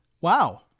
Wow